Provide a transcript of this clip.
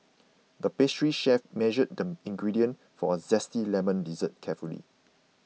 the pastry chef measured the ingredients for a Zesty Lemon Dessert carefully